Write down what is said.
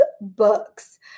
books